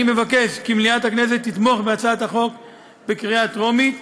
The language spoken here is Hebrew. אני מבקש כי מליאת הכנסת תתמוך בהצעת החוק בקריאה טרומית,